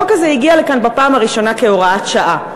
החוק הזה הגיע לכאן בפעם הראשונה כהוראת שעה.